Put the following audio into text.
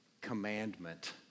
commandment